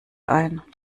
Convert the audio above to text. ein